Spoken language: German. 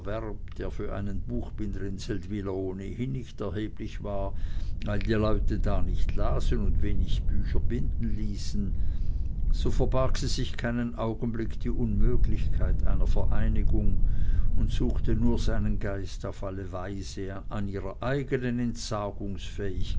der für einen buchbinder in seldwyla ohnehin nicht erheblich war weil die leute da nicht lasen und wenig bücher binden ließen so verbarg sie sich keinen augenblick die unmöglichkeit einer vereinigung und suchte nur seinen geist auf alle weise an ihrer eigenen